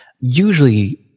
usually